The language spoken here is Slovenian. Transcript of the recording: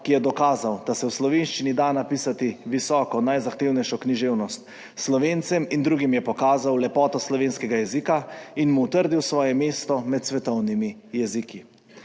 ki je dokazal, da se v slovenščini da napisati visoko, najzahtevnejšo književnost. Slovencem in drugim je pokazal lepoto slovenskega jezika in mu utrdil svoje mesto med svetovnimi jeziki.